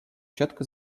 четко